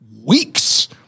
weeks